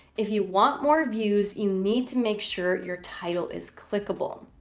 if you want more views, you need to make sure your title is clickable.